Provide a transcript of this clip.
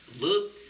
look